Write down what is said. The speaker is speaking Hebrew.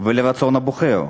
ולרצון הבוחר.